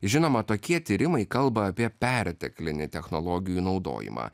žinoma tokie tyrimai kalba apie perteklinį technologijų naudojimą